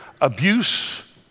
abuse